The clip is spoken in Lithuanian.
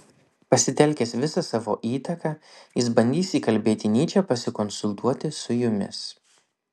pasitelkęs visą savo įtaką jis bandys įkalbėti nyčę pasikonsultuoti su jumis